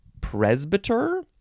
presbyter